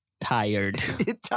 tired